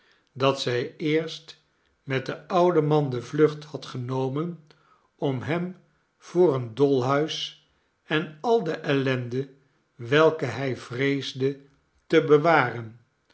dat zij eerst met den ouden man de vlucht had genomen om hem voor een dolhuis en al de ellende welke hij vreesde te bewaren